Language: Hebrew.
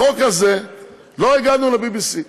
בחוק הזה לא הגענו ל-BBC,